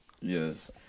Yes